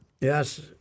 Yes